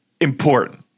important